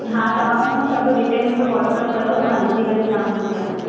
हा तव्हां आहे न सभु डिटेल मुखे व्हाट्सअप कयो त मां ॾिसी करे तव्हांखे ॿुधायाव थी